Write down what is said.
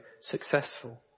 successful